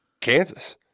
Kansas